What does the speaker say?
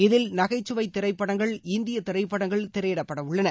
இதில் நகைச்சுவை திரைப்படங்கள் இந்திய திரைப்படங்கள் திரையிடப்படவுள்ளன